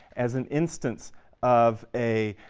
as an instance of a